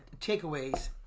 Takeaways